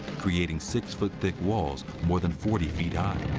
creating six foot thick walls more than forty feet high.